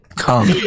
Come